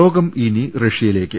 ലോകം ഇനി റഷ്യയിലേക്ക്